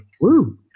Woo